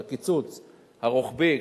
את הקיצוץ הרוחבי,